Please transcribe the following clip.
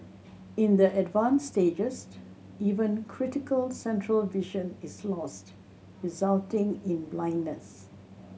in the advanced stages even critical central vision is lost resulting in blindness